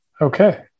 Okay